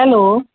hello